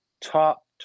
Top